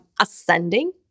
ascending